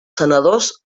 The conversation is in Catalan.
senadors